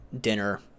dinner